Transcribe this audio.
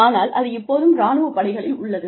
ஆனால் அது இப்போதும் ராணுவப் படைகளில் உள்ளது